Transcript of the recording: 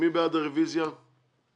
הרביזיה לא אושרה.